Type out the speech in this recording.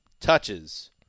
Touches